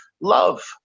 love